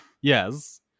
Yes